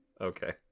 Okay